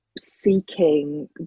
seeking